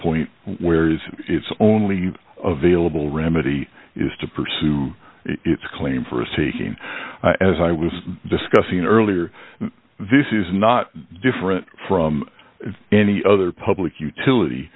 point where it is it's only available remedy is to pursue its claim for a seeking as i was discussing earlier this is not different from any other public utility